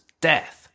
death